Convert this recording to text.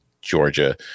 Georgia